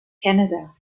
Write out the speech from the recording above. canada